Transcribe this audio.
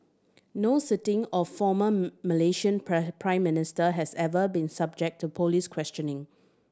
no sitting or former Malaysian Prime Minister has ever been subject to police questioning